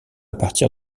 partir